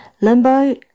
Limbo